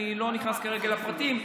אני לא נכנס כרגע לפרטים.